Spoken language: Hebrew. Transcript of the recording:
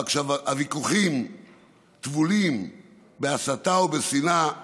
אבל כשהוויכוחים טבולים בהסתה ובשנאה,